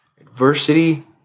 Adversity